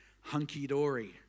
hunky-dory